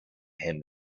him